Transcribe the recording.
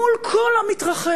מול כל המתרחש,